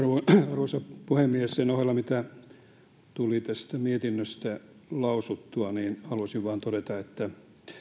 arvoisa puhemies sen ohella mitä tuli tästä mietinnöstä lausuttua haluaisin vain todeta että